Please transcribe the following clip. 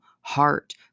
heart